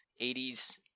80s